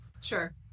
Sure